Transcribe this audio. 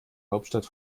hauptstadt